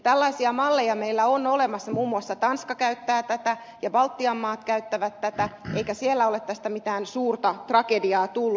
tällaisia malleja meillä on olemassa muun muassa tanska käyttää tätä ja baltian maat käyttävät tätä eikä siellä tästä ole mitään suurta tragediaa tullut